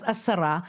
אז עשרה,